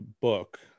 book